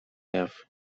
jaw